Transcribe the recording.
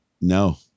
No